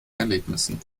erlebnissen